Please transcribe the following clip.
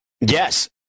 Yes